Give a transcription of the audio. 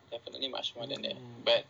mm